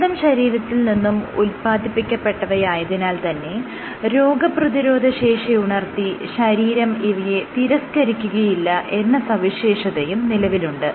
സ്വന്തം ശരീരത്തിൽ നിന്നും ഉത്പാദിപ്പിക്കപ്പെട്ടവയായതിനാൽ തന്നെ രോഗപ്രതിരോധശേഷി ഉണർത്തി ശരീരം ഇവയെ തിരസ്കരിക്കുകയില്ല എന്ന സവിശേഷതയും നിലവിലുണ്ട്